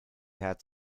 had